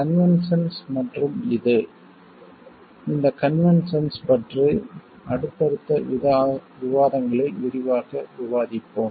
conventions மற்றும் இது இந்த கன்வென்ஷன்ஸ் பற்றி அடுத்த விவாதங்களில் விரிவாக விவாதிப்போம்